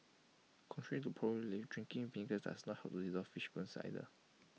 contrary to popular belief drinking vinegar does not help to dissolve fish bones either